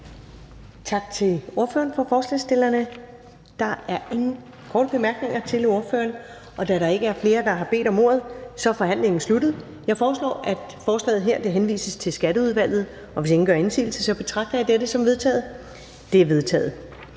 Tak til ordføreren for forslagsstillerne. Der er ingen korte bemærkninger til ordføreren. Da der ikke er flere, der har bedt om ordet, er forhandlingen sluttet. Jeg foreslår, at forslaget her henvises til Skatteudvalget. Hvis ingen gør indsigelse, betragter jeg dette som vedtaget. Det er vedtaget.